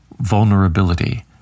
vulnerability